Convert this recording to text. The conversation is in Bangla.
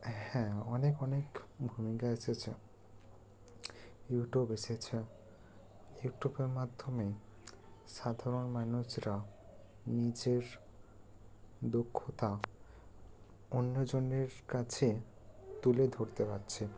হ্যাঁ অনেক অনেক ভূমিকা এসেছে ইউটিউব এসেছে ইউটিউবের মাধ্যমে সাধারণ মানুষরা নিজের দক্ষতা অন্যজনের কাছে তুলে ধরতে পারছে